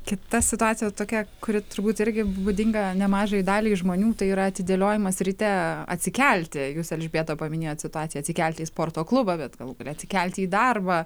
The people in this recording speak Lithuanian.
kita situacija tokia kuri turbūt irgi būdinga nemažai daliai žmonių tai yra atidėliojimas ryte atsikelti jūs elžbieta paminėjot situaciją atsikelti į sporto klubą bet galų gale atsikelti į darbą